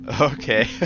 Okay